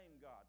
God